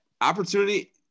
opportunity